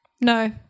No